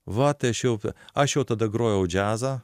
va tai aš jau aš jau tada grojau džiazą